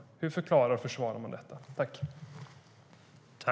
Hur förklarar och försvarar hon det?